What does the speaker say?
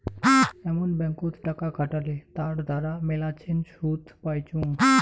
এমন ব্যাঙ্কত টাকা খাটালে তার দ্বারা মেলাছেন শুধ পাইচুঙ